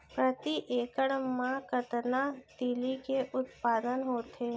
प्रति एकड़ मा कतना तिलि के उत्पादन होथे?